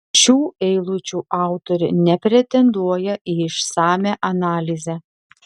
šių eilučių autorė nepretenduoja į išsamią analizę